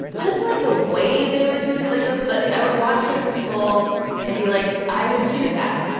just, like, the way they were doing like the but i would watch certain people and be like, i would do that.